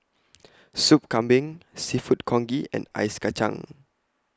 Soup Kambing Seafood Congee and Ice Kacang